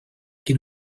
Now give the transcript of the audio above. que